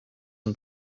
and